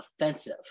offensive